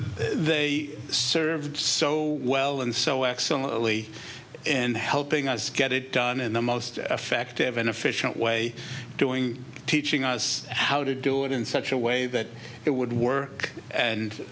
they served so well and so excellently and helping us get it done in the most effective and efficient way doing teaching us how to do it in such a way that it would work and